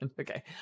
Okay